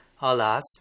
alas